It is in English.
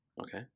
Okay